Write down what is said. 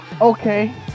Okay